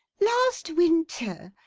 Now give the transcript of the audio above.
last winter,